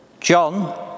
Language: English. John